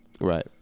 right